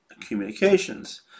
communications